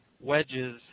wedges